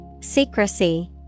Secrecy